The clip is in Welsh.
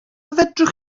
fedrwch